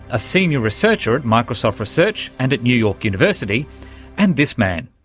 a senior researcher at microsoft research and at new york university and this man,